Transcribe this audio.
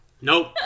Nope